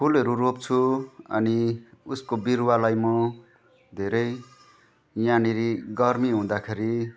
फुलहरू रोप्छु अनि उसको बिरुवालाई म धेरै यहाँनिर गर्मी हुँदाखेरि